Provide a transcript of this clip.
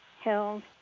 held